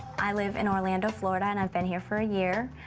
i live in orlando, florida, and i've been here for a year.